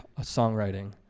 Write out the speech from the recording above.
songwriting